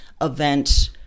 event